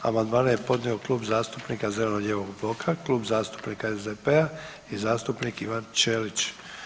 Amandmane je podnio Klub zastupnika zeleno-lijevog bloka, Klub zastupnika SDP-a i zastupnik Ivan Ćelić.